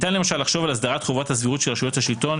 ניתן למשל לחשוב על הסדרת חובת הסבירות של רשויות השלטון,